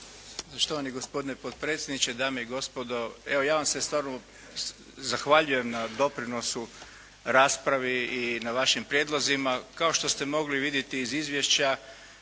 Štovani gospodine potpredsjedniče, dame i gospodo. Evo, ja vam se stvarno zahvaljujem na doprinosu raspravi i na vašim prijedlozima. Kao što ste mogli vidjeti iz izvješća